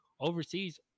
overseas